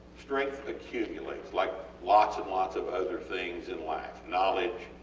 strength accumulates, like lots and lots of other things in life knowledge,